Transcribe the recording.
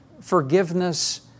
Forgiveness